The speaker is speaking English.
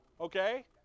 Okay